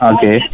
Okay